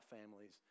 families